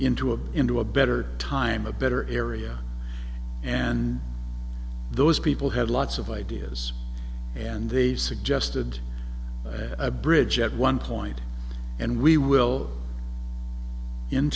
into a into a better time a better area and those people had lots of ideas and they suggested a bridge at one point and we will